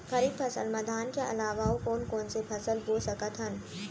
खरीफ फसल मा धान के अलावा अऊ कोन कोन से फसल बो सकत हन?